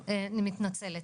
אני מתנצלת.